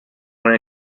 when